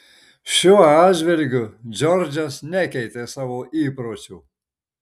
šiuo atžvilgiu džordžas nekeitė savo įpročių